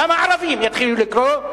גם הערבים יתחילו לקרוא,